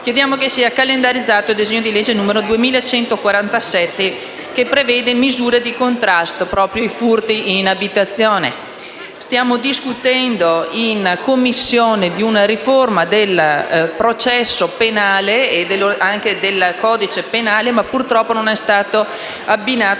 chiediamo che sia calendarizzato il disegno di legge n. 2147, che prevede misure di contrasto ai furti in abitazione. Stiamo discutendo in Commissione di una riforma del processo penale e del codice penale, ma purtroppo non vi è stato abbinato